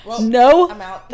no